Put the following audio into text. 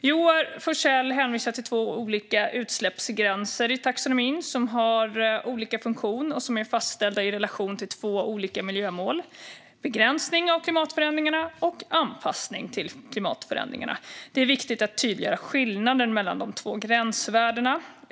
Joar Forssell hänvisar till två olika utsläppsgränser i taxonomin som har olika funktion och som är fastställda i relation till två olika miljömål: begränsning av klimatförändringarna och anpassning till klimatförändringarna. Det är viktigt att tydliggöra skillnaden mellan de två gränsvärdena.